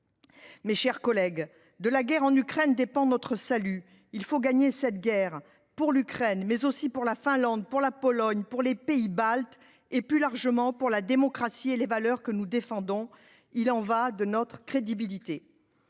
Mes chers collègues, de la guerre en Ukraine dépend notre salut ; il faut la gagner pour l’Ukraine, mais aussi pour la Finlande, pour la Pologne, pour les pays baltes et, plus largement, pour la démocratie et pour les valeurs que nous défendons. Il y va de notre crédibilité.